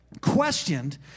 questioned